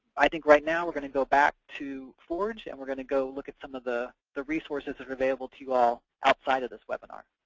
i think right now we're going to go back to forge, and we're going to go look at some of the the resources that are available to you all outside of this webinar.